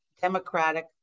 Democratic